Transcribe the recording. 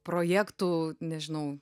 projektų nežinau